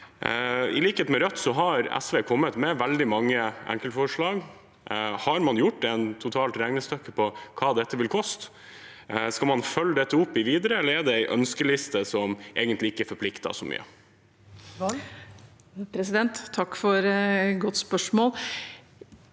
I likhet med Rødt har SV kommet med veldig mange enkeltforslag. Har man gjort et regnestykke på hva dette totalt vil koste? Skal man følge dette opp videre, eller er det en ønskeliste som egentlig ikke forplikter så mye?